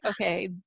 okay